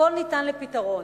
הכול ניתן לפתרון,